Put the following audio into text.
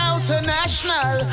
International